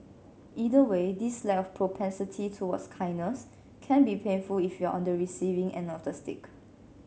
either way this lack of propensity towards kindness can be painful if you're on the receiving end of the stick